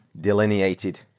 delineated